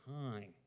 time